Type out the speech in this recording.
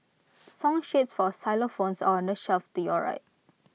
song sheets for xylophones are on the shelf to your right